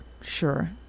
Sure